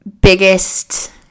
biggest